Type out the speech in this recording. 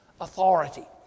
authority